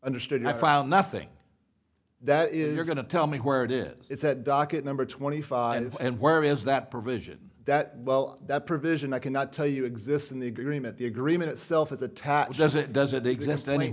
understood i found nothing that is going to tell me where it is is that docket number twenty five and where is that provision that well that provision i cannot tell you exists in the agreement the agreement itself is attached does it does it exist any